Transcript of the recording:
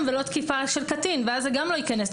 ולא בתקיפה של קטין ואז גם זה לא ייכנס.